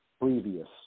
previous